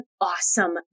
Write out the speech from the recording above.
awesome